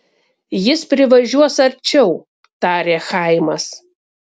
jis privažiuos arčiau tarė chaimas